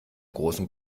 großen